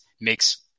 makes